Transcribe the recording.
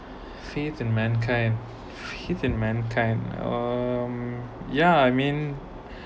fate in man kind fate in mankind uh um ya I mean